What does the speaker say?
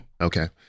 Okay